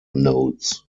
nodes